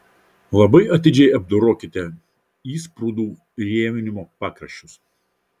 labai atidžiai apdorokite įsprūdų įrėminimo pakraščius